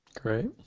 Great